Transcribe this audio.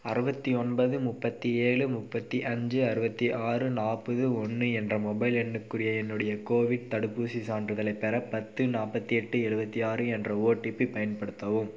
அறுபத்தி ஒன்பது முப்பத்தி ஏழு முப்பத்தி அஞ்சு அறுபத்தி ஆறு நாற்பது ஒன்று என்ற மொபைல் எண்ணுக்குரிய என்னுடைய கோவிட் தடுப்பூசிச் சான்றிதழைப் பெற பத்து நாற்பத்தி எட்டு எழுவத்தி ஆறு என்ற ஓடிபி பயன்படுத்தவும்